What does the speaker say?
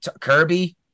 Kirby